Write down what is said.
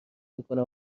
میکنم